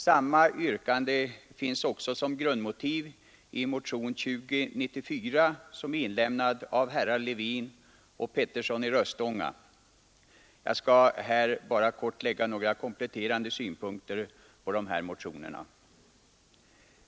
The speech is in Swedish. Samma yrkande finns också som grundmotiv i motion 2094 som är inlämnad av herrar Levin och Pettersson i Röstånga. Jag skall här kort lägga några kompletterande synpunkter på dessa motioner.